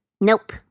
Nope